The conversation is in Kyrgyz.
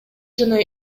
жана